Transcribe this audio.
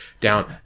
down